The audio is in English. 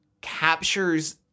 captures